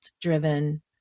driven